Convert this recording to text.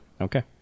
okay